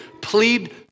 Plead